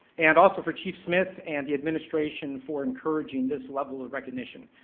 and also for chief smith and the administration for encouraging this level of recognition.